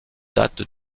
date